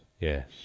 yes